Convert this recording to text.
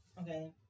Okay